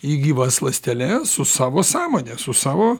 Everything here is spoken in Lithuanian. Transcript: į gyvas ląsteles su savo sąmone su savo